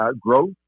growth